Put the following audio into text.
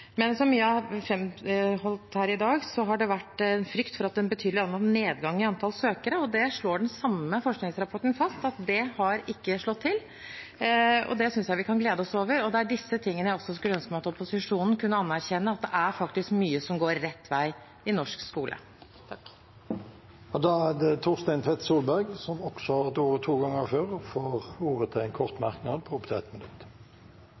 men som man har framholdt her i dag, har det vært frykt for en betydelig nedgang i antall søkere, og det slår den samme forskningsrapporten fast ikke har slått til. Det synes jeg vi kan glede oss over, og det er disse tingene jeg skulle ønske meg at opposisjonen kunne anerkjenne, at det faktisk er mye som går rett vei i norsk skole. Representanten Torstein Tvedt Solberg har også hatt ordet to ganger tidligere og får ordet til en kort merknad, begrenset til 1 minutt.